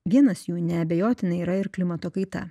vienas jų neabejotinai yra ir klimato kaita